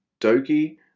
Doki